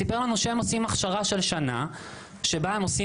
סיפר לנו שהם מציעים הכשרה של שנה שבה הם עושים